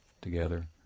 together